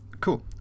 Cool